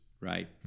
right